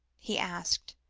he asked,